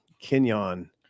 Kenyon